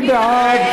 מי בעד?